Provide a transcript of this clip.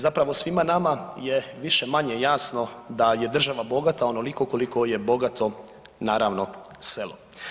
Zapravo svima nama je više-manje jasno da je država bogata onoliko koliko je bogato naravno selo.